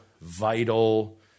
vital